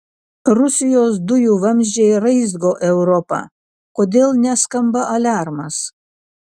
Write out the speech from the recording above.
rusijos dujų vamzdžiai raizgo europą kodėl neskamba aliarmas